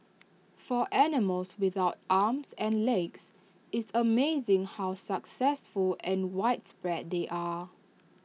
for animals without arms and legs it's amazing how successful and widespread they are